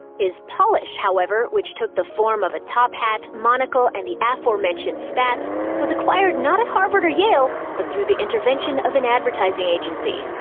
his polish, however which took the form of a top hat, monocle, and the aforementioned spats was acquired not at harvard or yale, but through the intervention of an advertising agency.